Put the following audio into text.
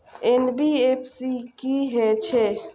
NBFC की हे छे?